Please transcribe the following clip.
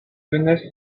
jeunesse